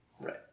Right